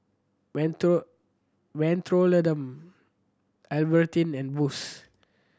Mentholatum Albertini and Boost